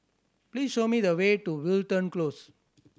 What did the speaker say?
please show me the way to Wilton Close